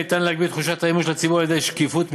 ניתן להגביר את תחושת האמון של הציבור על-ידי שקיפות מלאה,